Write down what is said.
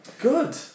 Good